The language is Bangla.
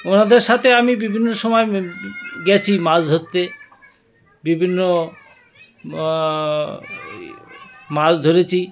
ওনাদের সাথে আমি বিভিন্ন সময় গেছি মাছ ধরতে বিভিন্ন মাছ ধরেছি